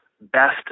best